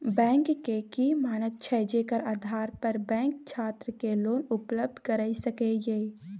Bank के की मानक छै जेकर आधार पर बैंक छात्र के लोन उपलब्ध करय सके ये?